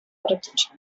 erotyczne